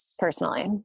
personally